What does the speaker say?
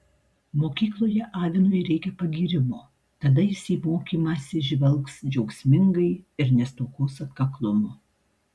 mokykloje avinui reikia pagyrimo tada jis į mokymąsi žvelgs džiaugsmingai ir nestokos atkaklumo